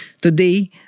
Today